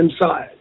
inside